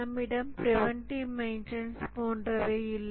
நம்மிடம் preventive maintenance போன்றவை இல்லை